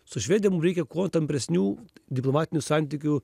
su švedija mum reikia kuo tampresnių diplomatinių santykių